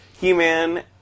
He-Man